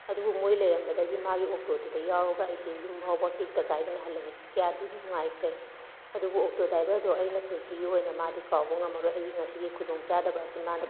ꯑꯗꯨꯕꯨ ꯃꯣꯏ ꯂꯩꯔꯝꯕꯗꯒꯤ ꯃꯥꯒꯤ ꯑꯣꯛꯇꯣꯗꯨꯗ ꯌꯥꯎꯔꯒ ꯑꯩꯁꯦ ꯌꯨꯝ ꯐꯥꯎꯕ ꯇꯦꯛꯇ ꯀꯥꯏꯗꯅ ꯍꯜꯂꯛꯑꯦ ꯀꯌꯥꯗꯤ ꯅꯨꯡꯉꯥꯏꯈ꯭ꯔꯦ ꯑꯗꯨꯕꯨ ꯑꯣꯛꯇꯣ ꯗ꯭ꯔꯥꯏꯕꯔꯗꯨ ꯑꯩꯅ ꯄꯨꯟꯁꯤꯒꯤ ꯑꯣꯏꯅ ꯃꯥꯗꯤ ꯀꯥꯎꯕ ꯉꯝꯂꯔꯣꯏ ꯑꯩꯒꯤ ꯉꯁꯤꯒꯤ ꯈꯨꯗꯣꯡ ꯆꯥꯗꯕ ꯑꯁꯤ ꯃꯥꯗꯣ